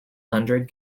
hundred